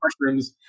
mushrooms